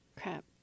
crap